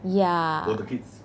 for the kids